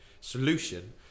solution